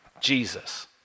Jesus